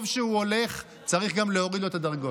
טוב שהוא הולך, צריך גם להוריד לו את הדרגות.